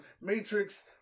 matrix